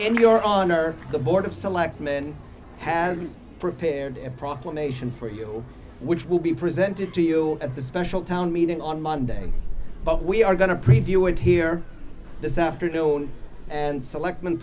in your honor the board of selectmen has prepared a proclamation for you which will be presented to you at the special town meeting on monday but we are going to preview it here this afternoon and select